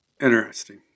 Interesting